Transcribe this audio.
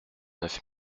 neuf